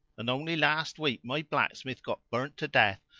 and only last week my blacksmith got burnt to death!